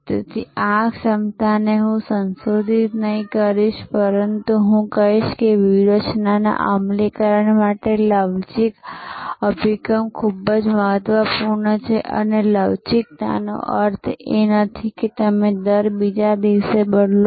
તેથી આ ક્ષમતાને હું સંશોધિત નહીં કહીશ પરંતુ હું કહીશ કે વ્યૂહરચના અમલીકરણ માટે લવચીક અભિગમ ખૂબ જ મહત્વપૂર્ણ છે અને લવચીકતાનો અર્થ એ નથી કે તમે દર બીજા દિવસે બદલો